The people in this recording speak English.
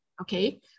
okay